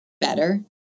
better